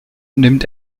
nimmt